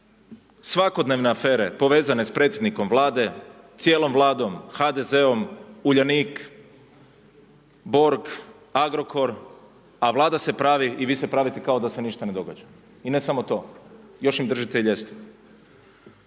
Svakodnevne afere povezane s predsjednikom Vlade, cijelom Vladom, HDZ-om, Uljanik, Borg, Agrokor, a Vlada se pravi i vi se pravite kao da se ništa ne događa, i ne samo to, još im držite i ljestve.